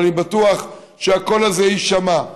אבל אני בטוח שהקול הזה יישמע: